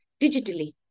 digitally